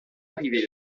arrivé